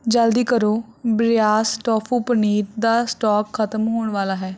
ਜਲਦੀ ਕਰੋ ਬ੍ਰਿਯਾਸ ਟੋਫੂ ਪਨੀਰ ਦਾ ਸਟੋਕ ਖਤਮ ਹੋਣ ਵਾਲਾ ਹੈ